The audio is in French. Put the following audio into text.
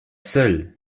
seul